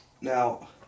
Now